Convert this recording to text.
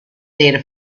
data